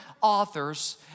authors